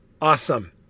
Awesome